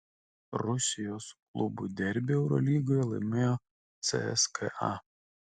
rusijos klubų derbį eurolygoje laimėjo cska